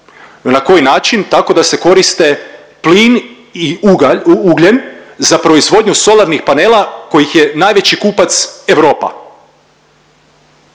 Na koji način? Tako da se koriste plin i ugalj, ugljen za proizvodnju solarnih panela kojih je najveći kupac Europa.